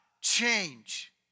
change